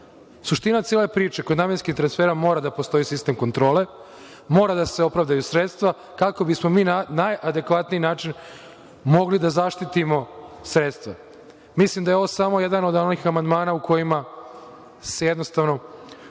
Suština cele priče, kod namenskih transfera mora da postoji sistem kontrole, mora da se opravdaju sredstva kako bismo mi na najadekvatniji način mogli da zaštitimo sredstva. Mislim da je ovo samo jedan od onih amandmana u kojima se jednostavno